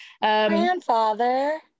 Grandfather